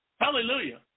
Hallelujah